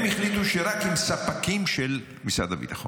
הם החליטו שרק עם ספקים של משרד הביטחון,